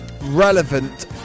relevant